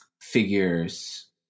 figures